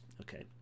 Okay